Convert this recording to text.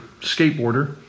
skateboarder